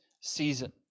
season